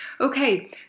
Okay